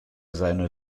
seine